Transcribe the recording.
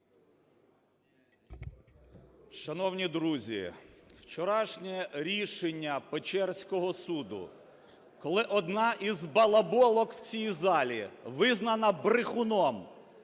Шановні друзі, вчорашнє рішення Печерського суду, коли одна із "балаболок" в цій залі визнана брехуном